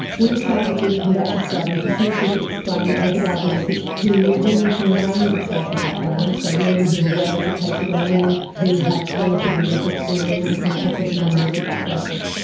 we decided we'd conduct a study to see if we could explain over-diagnosis to women from a range of social backgrounds, so women who were well educated and women who had relatively little schooling and from ethnic minority backgrounds.